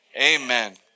Amen